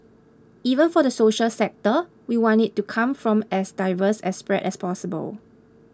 even for the social sector we want it to come from as diverse a spread as possible